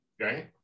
right